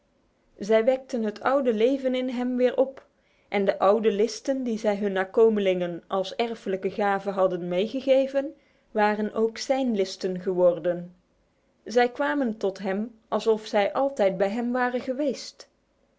zij wekten het oude leven in hem weer op en de oude listen die zij hun nakomelingen als erfelijke gave hadden meegegeven waren ook zijn listen geworden zij kwamen tot hem alsof zij altijd bij hem waren geweest